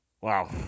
Wow